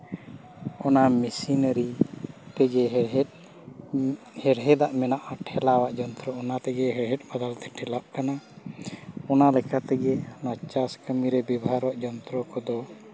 ᱚᱱᱟ ᱢᱮᱥᱤᱱᱟᱹᱨᱤ ᱛᱮᱜᱮ ᱦᱮᱲᱦᱮᱫ ᱦᱮᱲᱦᱮᱫᱟᱜ ᱢᱮᱱᱟᱜᱼᱟ ᱴᱷᱮᱞᱟᱣᱟᱜ ᱡᱚᱱᱛᱨᱚ ᱚᱱᱟ ᱛᱮᱜᱮ ᱦᱮᱲᱦᱮᱫ ᱵᱚᱫᱚᱞᱛᱮ ᱴᱷᱮᱞᱟᱣᱚᱜ ᱠᱟᱱᱟ ᱚᱱᱟ ᱞᱮᱠᱟ ᱛᱮᱜᱮ ᱚᱱᱟ ᱪᱟᱥ ᱠᱟᱹᱢᱤ ᱨᱮ ᱵᱮᱵᱚᱦᱟᱨᱚᱜ ᱡᱚᱱᱛᱨᱚ ᱠᱚᱫᱚ